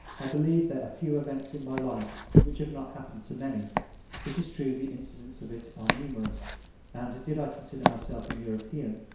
i believe there are few events in my life, which have not happened to many it is true the incidents of it are numerous and, did i consider myself an european,